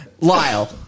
Lyle